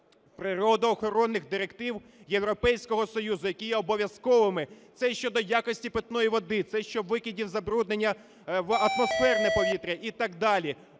природоохоронних директив Європейського Союзу, які є обов'язковими? Це щодо якості питної води. Це щодо викидів забруднення в атмосферне повітря і так далі.